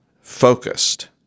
focused